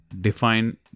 define